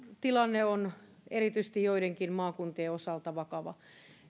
tilanne on erityisesti joidenkin maakuntien osalta vakava